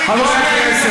פולקמן,